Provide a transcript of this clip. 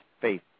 faith